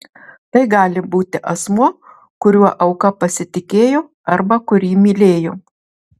tai gali būti asmuo kuriuo auka pasitikėjo arba kurį mylėjo